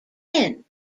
pin